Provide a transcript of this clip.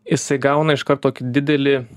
jisai gauna iškart tokį didelį